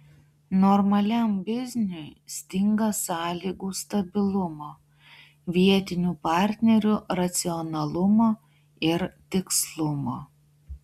normaliam bizniui stinga sąlygų stabilumo vietinių partnerių racionalumo ir tikslumo